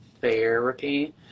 therapy